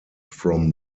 from